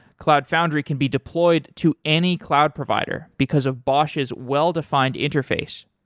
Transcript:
cloud foundry can be deployed to any cloud provider because of bosh's well-defined interface.